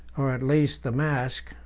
or at least the mask,